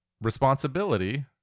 responsibility